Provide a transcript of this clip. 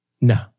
No